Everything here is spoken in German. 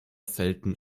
selten